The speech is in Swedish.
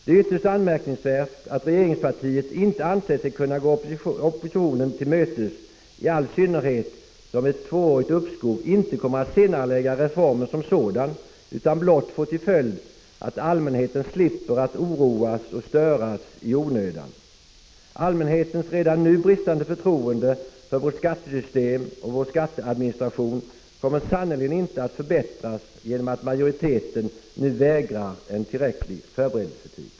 Det är ytterst anmärkningsvärt att regeringspartiet inte har ansett sig kunna gå opponenterna till mötes, i all synnerhet som ett tvåårigt uppskov inte kommer att senarelägga reformen som sådan utan blott få till följd att allmänheten slipper oroas och störas i onödan. Allmänhetens redan nu bristande förtroende för vårt skattesystem och vår skatteadministration kommer sannerligen inte att förbättras genom att majoriteten nu vägrar att medge tillräcklig förberedelsetid.